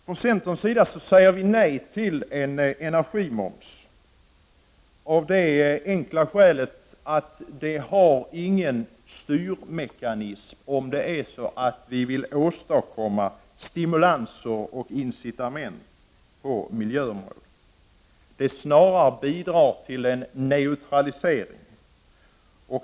Från centerns sida säger vi nej till en energimoms, av det enkla skälet att en sådan inte har någon styrmekanism om vi vill åstadkomma stimulanser och incitament på miljöområdet. Den bidrar snarare till en neutralisering.